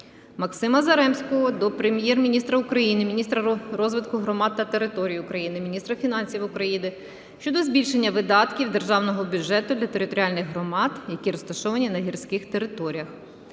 Максима Заремського до Прем'єр-міністра України, міністра розвитку громад та територій України, міністра фінансів України щодо збільшення видатків державного бюджету для територіальних громад, які розташовані на гірських територіях.